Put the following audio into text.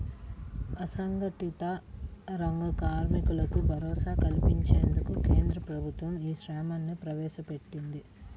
అసంఘటిత రంగ కార్మికులకు భరోసా కల్పించేందుకు కేంద్ర ప్రభుత్వం ఈ శ్రమ్ ని ప్రవేశపెట్టింది